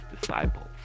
disciples